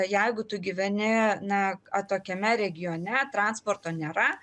jeigu tu gyveni na atokiame regione transporto nėra